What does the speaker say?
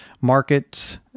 markets